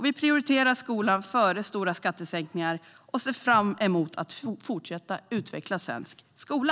Vi prioriterar skolan före stora skattesänkningar och ser fram emot att fortsätta att utveckla svensk skola.